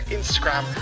Instagram